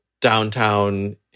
downtown